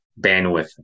bandwidth